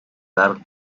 dar